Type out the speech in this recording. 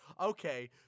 Okay